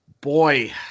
boy